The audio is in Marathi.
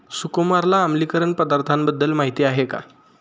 सुकुमारला आम्लीकरण पदार्थांबद्दल माहिती आहे का?